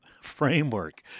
framework